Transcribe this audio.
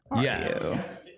Yes